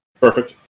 Perfect